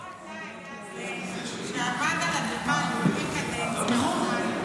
לא אתה היה זה שעמד על הדוכן לפני קדנציה או שתיים,